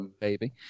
baby